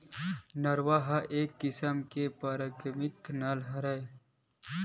नरूवा ह एक किसम के पराकिरितिक नाला हरय